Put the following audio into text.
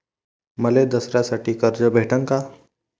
मले दसऱ्यासाठी कर्ज भेटन का?